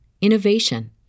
innovation